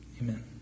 amen